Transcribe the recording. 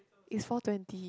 it's four twenty